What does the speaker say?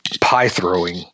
pie-throwing